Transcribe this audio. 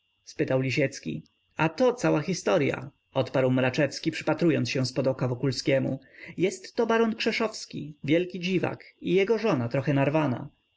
spytał lisiecki a to cała historya odparł mraczewski przypatrując się zpod oka wokulskiemu jestto baron krzeszowski wielki dziwak i jego żona trochę narwana